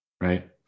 right